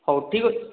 ହଉ ଠିକ୍ ଅଛି